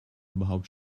überhaupt